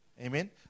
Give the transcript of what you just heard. Amen